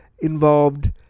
involved